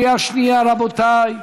קריאה שנייה, רבותיי.